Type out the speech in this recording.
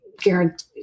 guarantee